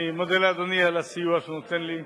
אני מודה לאדוני על הסיוע שהוא נותן לי.